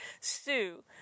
Sue